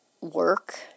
work